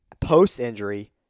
Post-injury